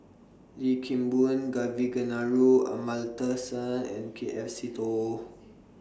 Lim Kim Boon Kavignareru Amallathasan and K F Seetoh